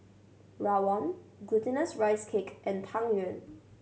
rawon Glutinous Rice Cake and Tang Yuen